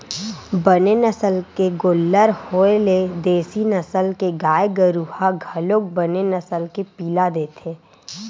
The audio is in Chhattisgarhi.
बने नसल के गोल्लर होय ले देसी नसल के गाय गरु ह घलोक बने नसल के पिला देथे